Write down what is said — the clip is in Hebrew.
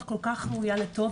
את כל כך ראויה לטוב,